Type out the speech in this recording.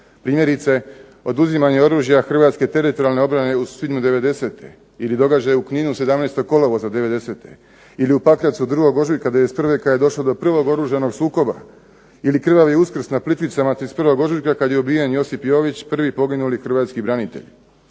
Primjerice, oduzimanje oružja Hrvatske teritorijalne obrane u svibnju '90. ili događaju u Kninu 17. kolovoza '90. Ili u Pakracu 2. ožujka '91. kad je došlo do prvog oružanog sukoba. Ili krvavi Uskrs na Plitvicama 31. ožujka kad je ubijen Josip Jović prvi poginuli hrvatski branitelj.